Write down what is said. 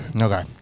Okay